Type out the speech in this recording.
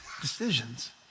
decisions